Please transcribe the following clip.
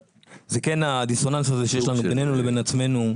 זה כן הדיסוננס הזה שיש לנו בינינו לבין עצמנו.